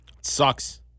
Sucks